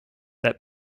that